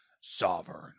Sovereign